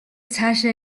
цаашаа